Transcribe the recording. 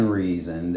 reason